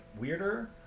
weirder